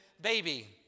baby